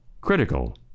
critical